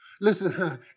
Listen